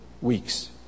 weeks